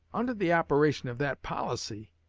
under the operation of that policy,